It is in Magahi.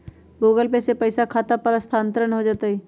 गूगल पे से पईसा खाता पर स्थानानंतर हो जतई?